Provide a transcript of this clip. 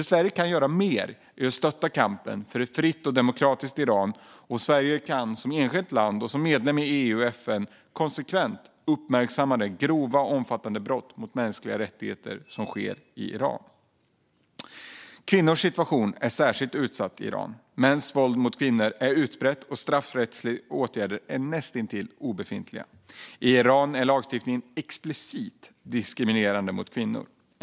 Sverige kan göra mer för att stötta kampen för ett fritt och demokratiskt Iran, och Sverige kan som enskilt land och som medlem i EU och FN konsekvent uppmärksamma de grova och omfattande brott mot mänskliga rättigheter som sker i Iran. Kvinnor är i en särskilt utsatt situation i Iran. Mäns våld mot kvinnor är utbrett, och straffrättsliga åtgärder är näst intill obefintliga. I Iran är lagstiftningen explicit diskriminerande mot kvinnor.